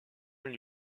lui